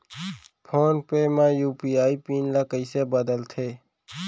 Phone पे म UPI PIN ल कइसे बदलथे?